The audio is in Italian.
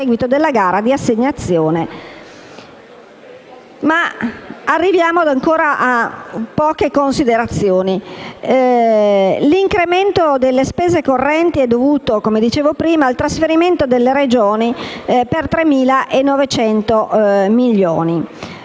L'incremento delle spese correnti è dovuto - come dicevo prima - al trasferimento alle Regioni di 3.900 milioni.